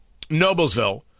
Noblesville